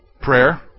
Prayer